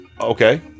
Okay